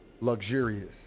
luxurious